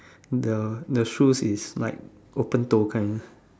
the the shoes is like open toe kind